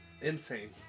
Insane